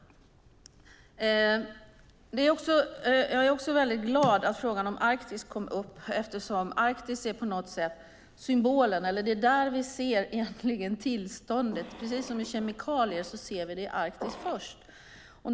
Jag är också glad över att frågan om Arktis kom upp. Arktis är på något sätt symbolen. Det är där vi ser tillståndet - precis som när det gäller kemikalier ser vi det i Arktis först.